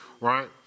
right